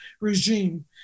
regime